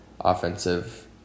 offensive